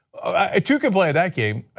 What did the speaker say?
ah two can play at that game.